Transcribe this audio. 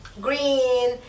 Green